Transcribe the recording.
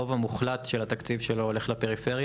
הרוב המוחלט של התקציב שלו הולך לפריפריה,